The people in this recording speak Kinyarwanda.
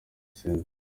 center